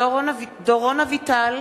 דורון אביטל,